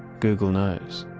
google knows.